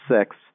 six